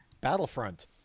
Battlefront